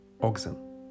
oxen